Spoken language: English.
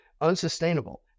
unsustainable